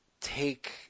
take